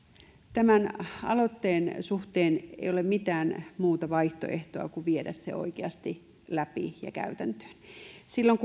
tämän aloitteen suhteen ei ole mitään muuta vaihtoehtoa kuin viedä se oikeasti läpi ja käytäntöön silloin